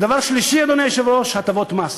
ודבר שלישי, אדוני היושב-ראש: הטבות מס.